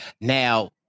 Now